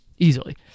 Easily